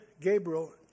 Gabriel